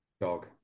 Dog